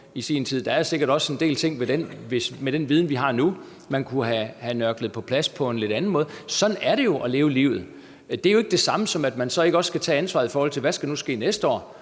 der er sikkert også en del ting ved den, der, med den viden, vi har nu, kunne være nørklet på plads på en lidt anden måde. Sådan er det jo at leve livet. Det er ikke det samme, som at man så ikke også skal tage ansvaret for, hvad der så skal ske næste år,